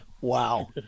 Wow